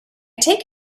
take